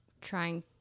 trying